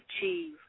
achieve